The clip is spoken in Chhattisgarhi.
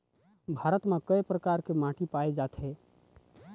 भारत म कय प्रकार के माटी पाए जाथे?